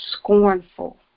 scornful